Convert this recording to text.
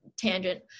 tangent